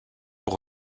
pour